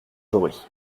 jory